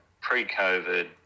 pre-COVID